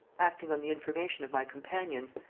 acting on the information of my companions,